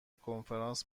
کنفرانس